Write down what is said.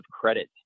credit